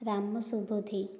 Ram Subuddhi